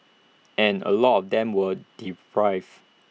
and A lot of them were deprived